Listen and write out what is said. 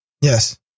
Yes